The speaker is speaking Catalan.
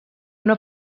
una